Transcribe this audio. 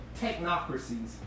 technocracies